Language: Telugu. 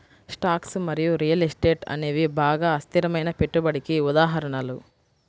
స్టాక్స్ మరియు రియల్ ఎస్టేట్ అనేవి బాగా అస్థిరమైన పెట్టుబడికి ఉదాహరణలు